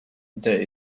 there